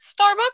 starbucks